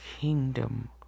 kingdom